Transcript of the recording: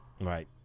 Right